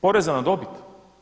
Poreza na dobit?